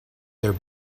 their